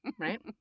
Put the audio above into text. Right